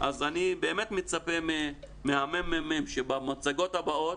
אז אני באמת מצפה מהממ"מ שבמצגות הבאות